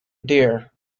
dear